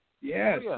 Yes